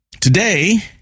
Today